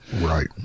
Right